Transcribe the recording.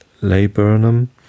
laburnum